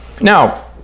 Now